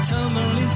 Tumbling